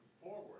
Forward